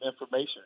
information